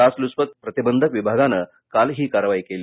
लाच लुचपत प्रतिबंधक विभागानं काल ही कारवाई केली